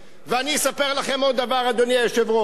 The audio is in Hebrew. ואני אספר לכם עוד דבר, אדוני היושב-ראש,